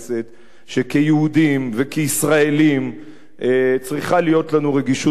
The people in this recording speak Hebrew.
שכיהודים וכישראלים צריכות להיות לנו רגישות מיוחדת